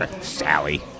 Sally